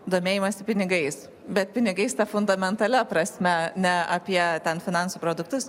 domėjimąsi pinigais bet pinigais fundamentalia prasme ne apie ten finansų produktus